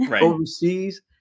overseas